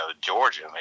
Georgia